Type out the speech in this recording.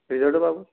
ৰিজৰ্টো পাব